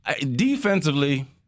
Defensively